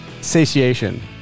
satiation